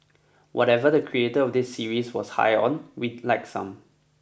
whatever the creator of this series was high on we'd like some